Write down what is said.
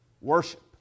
worship